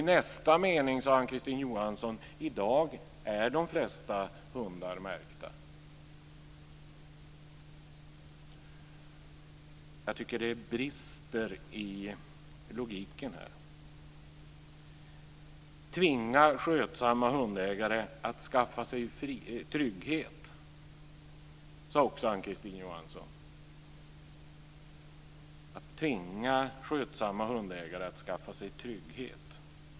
I nästa mening sade Ann-Kristine Johansson att de flesta hundar är märkta i dag. Jag tycker det brister i logiken här. Ann-Kristine Johansson talade också om att tvinga skötsamma hundägare att skaffa sig trygghet.